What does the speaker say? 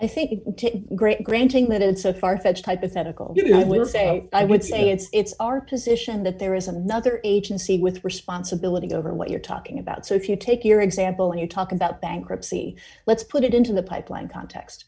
i think it's great granting that it's so far fetched hypothetical given i will say i would say it's our position that there is another agency with responsibility over what you're talking about so if you take your example and you talk about bankruptcy let's put it into the pipeline context